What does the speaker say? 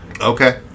Okay